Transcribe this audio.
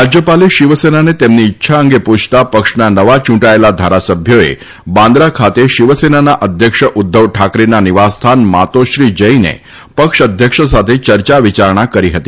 રાજ્યપાલે શિવસેનાને તેમની ઈચ્છા અંગે પૂછતા પક્ષના નવા ચૂંટાયેલા ધારાસભ્યોએ બાંદ્રા ખાતે શિવસેનાના અધ્યક્ષ ઉધ્ધવ ઠાકરેના નિવાસસ્થાન માતોશ્રી જઈને પક્ષ અધ્યક્ષ સાથે ચર્ચા વિચારણા કરી હતી